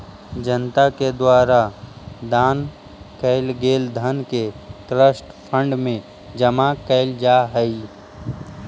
जनता के द्वारा दान कैल गेल धन के ट्रस्ट फंड में जमा कैल जा हई